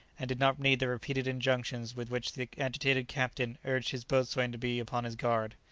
and did not need the repeated injunctions with which the agitated captain urged his boatswain to be upon his guard.